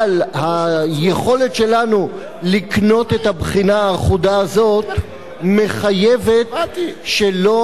אבל היכולת שלנו לקנות את הבחינה האחודה הזאת מחייבת שלא